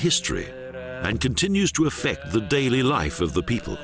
history and continues to affect the daily life of the people